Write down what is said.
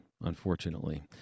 unfortunately